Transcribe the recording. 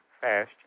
Fast